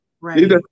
Right